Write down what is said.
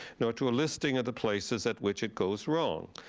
nor to a listing of the places at which it goes wrong.